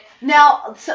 now